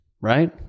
right